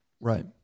right